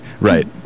right